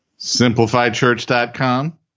Simplifiedchurch.com